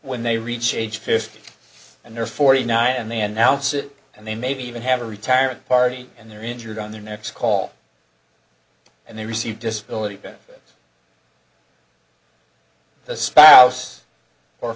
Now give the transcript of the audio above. when they reach age fifty and they're forty nine and they announce it and they maybe even have a retirement party and they're injured on their next call and they receive disability benefits the spouse or